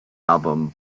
album